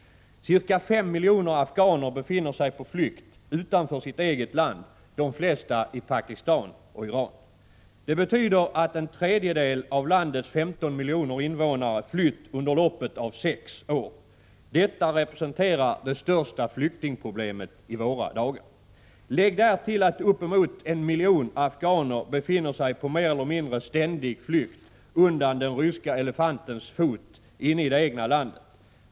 Ca 5 miljoner afghaner befinner sig på flykt utanför sitt eget land, de flesta i Pakistan och i Iran. Det betyder att en tredjedel av landets 15 miljoner invånare flytt under loppet av sex år. Detta representerar det största flyktingproblemet i våra dagar. Lägg därtill att uppemot en miljon afghaner befinner sig på mer eller mindre ständig flykt undan den ryska elefantens fot in i det egna landet.